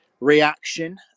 reaction